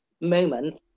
moment